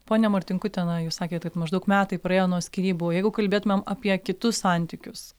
ponia martinkute na jūs sakėt kad maždaug metai praėjo nuo skyrybų o jeigu kalbėtumėm apie kitus santykius